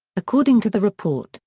according to the report,